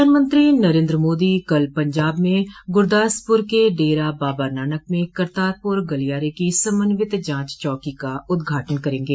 प्रधानमंत्री नरेन्द्र मोदी कल पंजाब में गुरूदासपुर के डेरा बाबा नानक में करतारपुर गलियारे की समन्वित जांच चौकी का उद्घाटन करेंगे